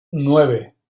nueve